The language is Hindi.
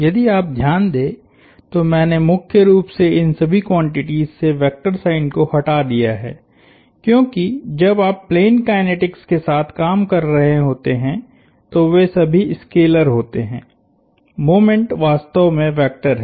यदि आप ध्यान दें तो मैंने मुख्य रूप से इन सभी क्वांटिटीस से वेक्टर साइन को हटा दिया है क्योंकि जब आप प्लेन काइनेटिक्स के साथ काम कर रहे होते हैं तो वे सभी स्केलर होते हैं मोमेंट वास्तव में वेक्टर है